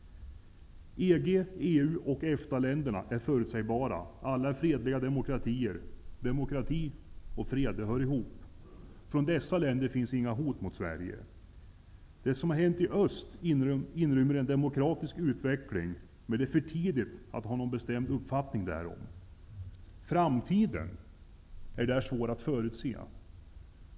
EG/EU och EFTA-länderna är förutsägbara. Alla är fredliga demokratier. Demokrati och fred hör ihop. Från dessa länder finns inga hot mot Sverige. Det som hänt i öst inrymmer en demokratisk utveckling, men det är för tidigt att ha någon bestämd uppfattning därom. Framtiden är där svår att förutse.